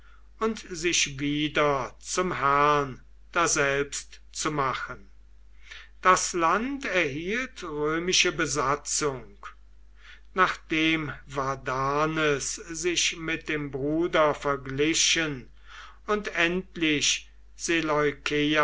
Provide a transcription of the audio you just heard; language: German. und sich wieder zum herrn daselbst zu machen das land erhielt römische besatzung nachdem vardanes sich mit dem bruder verglichen und endlich